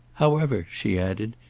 however, she added,